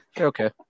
okay